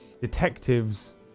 detectives